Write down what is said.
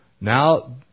Now